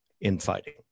infighting